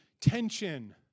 tension